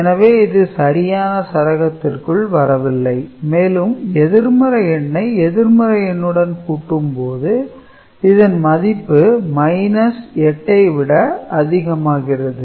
எனவே இது சரியான சரகத்திற்குள் வரவில்லை மேலும் எதிர்மறை எண்ணை எதிர்மறை எண்ணுடன் கூட்டும் போது இதன் மதிப்பு 8 விட அதிகமாகிறது